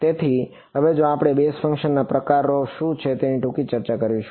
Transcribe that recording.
તેથી હવે જેમ આપણે બેઝ ફંક્શનના પ્રકારો શું છે તેની ટૂંકી ચર્ચા કરીશું